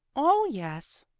oh, yes,